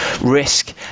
risk